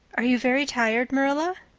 are you very tired, marilla?